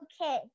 okay